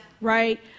right